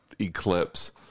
eclipse